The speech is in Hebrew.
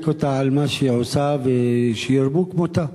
אותה על מה שהיא עושה ושירבו כמותה.